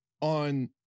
on